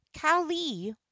Kali